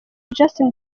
justin